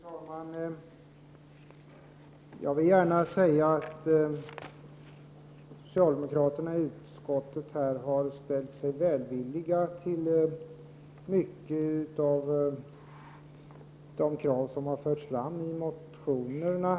Fru talman! Jag vill gärna säga att socialdemokraterna i utskottet här har ställt sig välvilliga till mycket av de krav som förts fram i motionerna.